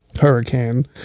hurricane